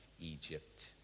Egypt